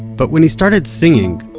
but when he started singing,